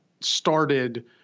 started